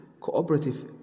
cooperative